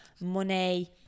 money